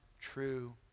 true